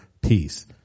peace